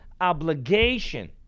obligation